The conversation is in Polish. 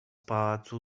pałacu